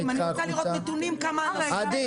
אני רוצה לראות נתונים כמה --- עדי.